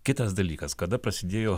kitas dalykas kada prasidėjo